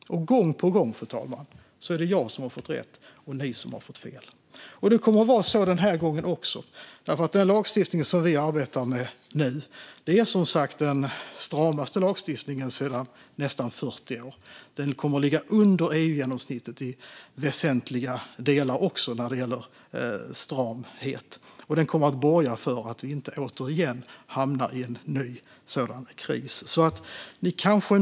Och gång på gång, fru talman, är det jag som har fått rätt och ni som har fått fel. Det kommer att vara så den här gången också. Den lagstiftning som vi nu arbetar med är som sagt den stramaste lagstiftningen på nästan 40 år. Den kommer att ligga under EU-genomsnittet i väsentliga delar när det gäller stramhet, och den kommer att borga för att vi inte återigen hamnar i en ny sådan här kris.